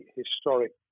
historic